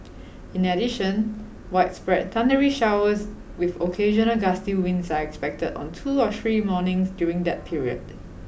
in addition widespread thundery showers with occasional gusty winds are expected on two or three mornings during that period